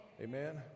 Amen